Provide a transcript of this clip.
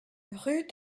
rue